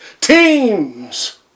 teams